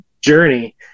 journey